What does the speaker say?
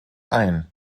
ein